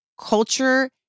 culture